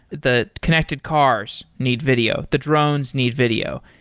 the connected cars need video. the drones need video.